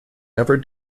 never